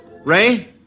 Ray